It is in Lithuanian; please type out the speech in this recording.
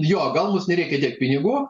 jo gal mums nereikia tiek pinigų